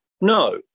No